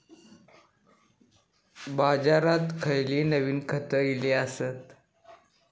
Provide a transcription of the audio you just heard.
बाजारात खयली नवीन खता इली हत?